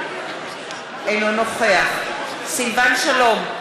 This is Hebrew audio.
אינו נוכח סילבן שלום,